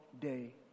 day